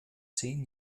zehn